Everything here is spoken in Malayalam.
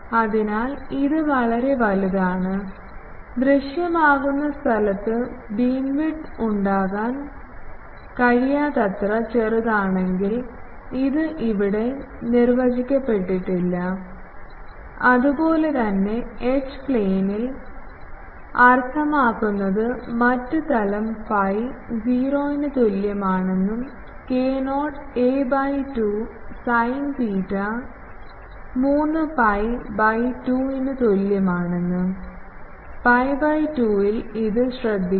അതിനാൽ ഇത് വളരെ വലുതാണ് ദൃശ്യമാകുന്ന സ്ഥലത്ത് ബീംവിഡ്ത്ത് ഉണ്ടാകാൻ കഴിയാത്തത്ര ചെറുതാണെങ്കിൽ ഇത് ഇവിടെ നിർവചിക്കപ്പെട്ടിട്ടില്ല അതുപോലെ തന്നെ എച്ച് പ്ലെയിനിൽ അർത്ഥമാക്കുന്നത് മറ്റ് തലം ഫൈ 0 ന് തുല്യമാണെന്നും k0 a by 2 sine theta 3 pi by 2 ന് തുല്യമാണ് pi by 2 ൽ ഇത് ശ്രദ്ധിക്കുക